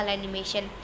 animation